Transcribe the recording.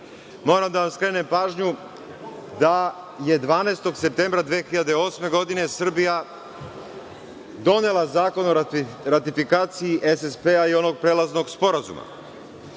Moram da vam skrenem pažnju na to da je 12. septembra 2008. godine Srbija donela Zakon o ratifikaciji SSP-a i onog prelaznog sporazuma